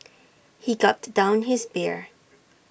he gulped down his beer